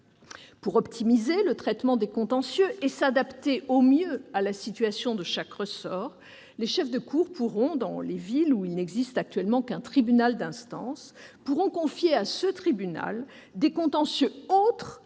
Pour optimiser le traitement des contentieux et s'adapter au mieux à la situation de chaque ressort, les chefs de cour pourront, dans les villes où il n'existe actuellement qu'un tribunal d'instance, confier à celui-ci des contentieux autres